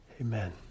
Amen